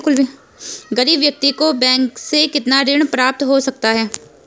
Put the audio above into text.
गरीब व्यक्ति को बैंक से कितना ऋण प्राप्त हो सकता है?